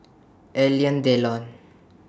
Alain Delon